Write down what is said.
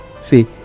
see